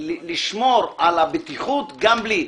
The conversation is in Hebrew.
שאפשר לשמור על הבטיחות גם בלי.